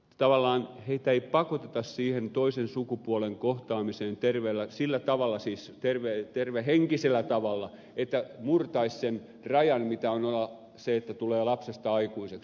tavallaan heitä ei pakoteta siihen toisen sukupuolen kohtaamiseen terveellä tavalla sillä tavalla siis tervehenkisellä tavalla että murtaisi sen rajan mitä on se että tulee lapsesta aikuiseksi